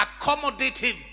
accommodative